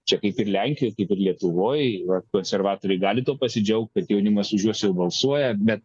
čia kaip ir lenkijoj kaip ir lietuvoj va konservatoriai gali tuo pasidžiaugt kad jaunimas už juos jau balsuoja bet